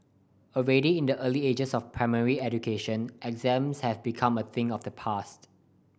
already in the early stages of primary education exams have become a thing of the past